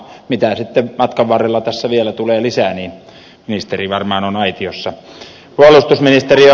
mitä sitten matkan varrella tässä vielä tulee lisää niin ministeri varmaan on aitiossa